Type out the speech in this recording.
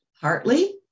Partly